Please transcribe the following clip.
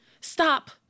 stop